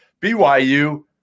BYU